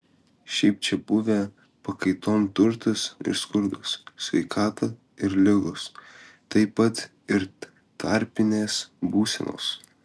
šiaip čia buvę pakaitom turtas ir skurdas sveikata ir ligos taip pat ir tarpinės būsenos